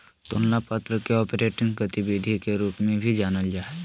तुलना पत्र के ऑपरेटिंग गतिविधि के रूप में भी जानल जा हइ